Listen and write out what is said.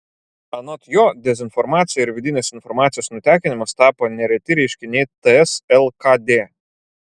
anot jo dezinformacija ir vidinės informacijos nutekinimas tapo nereti reiškiniai ts lkd